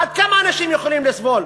עד כמה אנשים יכולים לסבול?